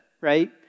right